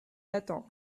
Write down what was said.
l’attend